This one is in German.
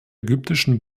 ägyptischen